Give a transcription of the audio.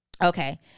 Okay